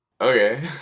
Okay